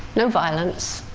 no violence,